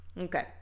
okay